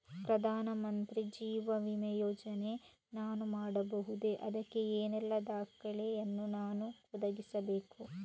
ಪ್ರಧಾನ ಮಂತ್ರಿ ಜೀವ ವಿಮೆ ಯೋಜನೆ ನಾನು ಮಾಡಬಹುದೇ, ಅದಕ್ಕೆ ಏನೆಲ್ಲ ದಾಖಲೆ ಯನ್ನು ನಾನು ಒದಗಿಸಬೇಕು?